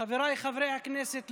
חבריי חברי הכנסת,